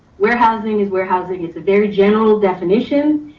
warehousing is warehousing. it's a very general definition,